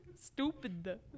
stupid